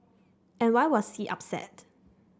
and why was C upset